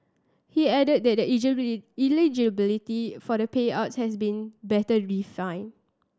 he added that eligibility for the payouts has been better defined